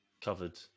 covered